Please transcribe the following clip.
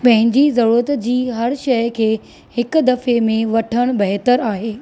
पंहिंजी ज़रूरत जी हर शइ खे हिक दफ़े में वठणु बहितरु आहे